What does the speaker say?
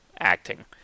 acting